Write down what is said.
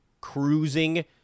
cruising